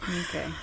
okay